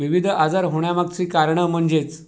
विविध आजार होण्यामागची कारणं म्हणजेच